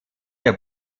der